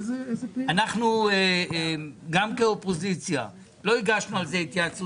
אנחנו גם כאופוזיציה לא הגשנו על זה התייעצות